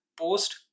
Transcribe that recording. post